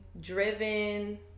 driven